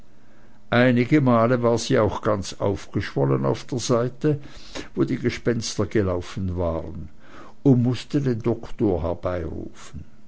einige male war sie auch ganz aufgeschwollen auf der seite wo die gespenster gelaufen waren und mußte den doktor herbeirufen